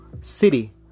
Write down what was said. city